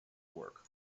work